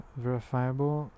verifiable